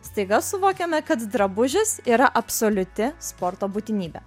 staiga suvokiame kad drabužis yra absoliuti sporto būtinybė